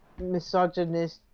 misogynist